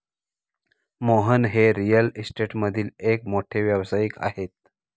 मोहन हे रिअल इस्टेटमधील एक मोठे व्यावसायिक आहेत